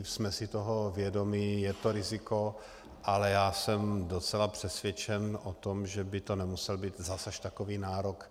Jsme si toho vědomi, je to riziko, ale já jsem docela přesvědčen o tom, že by to nemusel být zas až takový nárok.